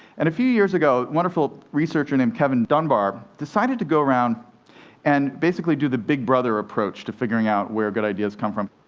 and a few years ago, a wonderful researcher named kevin dunbar decided to go around and basically do the big brother approach to figuring out where good ideas come from.